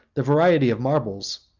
the variety of marbles,